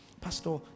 Pastor